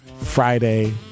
Friday